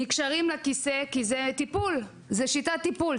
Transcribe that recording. הם נקשרים לכיסא כי זו שיטת טיפול,